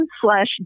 slash